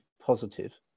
positive